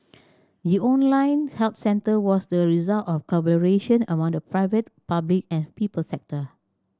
the online help centre was the result of collaboration among the private public and people sector